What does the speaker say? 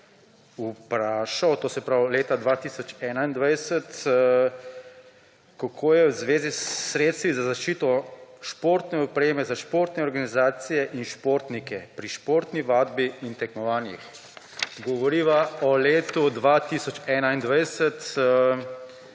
vprašal, kako je v zvezi s sredstvi za zaščito športne opreme za športne organizacije in športnike pri športni vadbi in tekmovanjih. Govoriva o letu 2021.